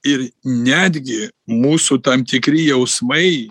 ir netgi mūsų tam tikri jausmai